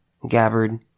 Gabbard